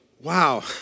wow